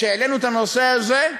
כשהעלינו את הנושא הזה,